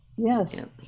Yes